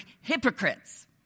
hypocrites